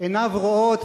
עיניו רואות,